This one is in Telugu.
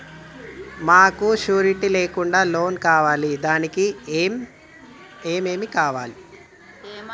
మాకు షూరిటీ లేకుండా లోన్ కావాలి దానికి ఏమేమి కావాలి?